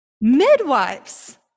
Midwives